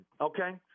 Okay